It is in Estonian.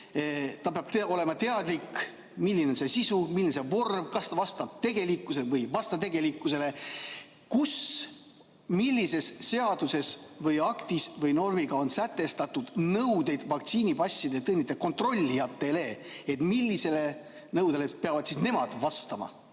peab olema teadlik, milline on see sisu, milline see vorm, kas see vastab tegelikkusele, ei vasta tegelikkusele. Kus, millises seaduses või aktis või mis normiga on sätestatud nõuded vaktsiinipasside, nende tõendite kontrollijatele? Millistele nõuetele peavad nemad vastama?